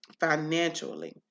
financially